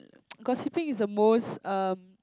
gossiping is the most um